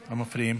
הם מפריעים.